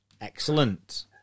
Excellent